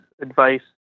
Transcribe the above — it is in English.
advice